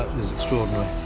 is extraordinary.